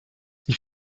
die